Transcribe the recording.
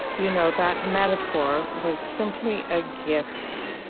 you know, that metaphor was simply a gift.